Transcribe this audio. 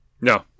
No